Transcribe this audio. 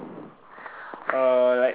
uh like